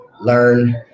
learn